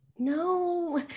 No